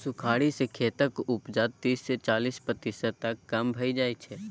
सुखाड़ि सँ खेतक उपजा तीस सँ चालीस प्रतिशत तक कम भए जाइ छै